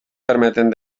permeten